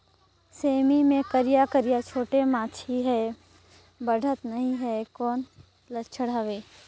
सेमी मे करिया करिया छोटे माछी हे बाढ़त नहीं हे कौन लक्षण हवय?